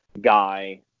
guy